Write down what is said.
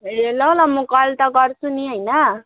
ए ल ल म कल त गर्छु नि हैन